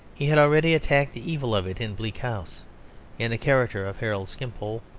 he had already attacked the evil of it in bleak house in the character of harold skimpole,